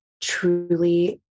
truly